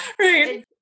right